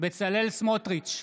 בצלאל סמוטריץ'